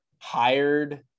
hired